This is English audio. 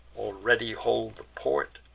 already hold the port,